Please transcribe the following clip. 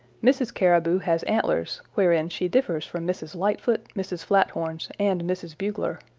mrs. caribou has antlers, wherein she differs from mrs. lightfoot, mrs. flathorns and mrs. bugler.